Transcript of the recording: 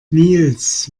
nils